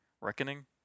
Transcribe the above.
Reckoning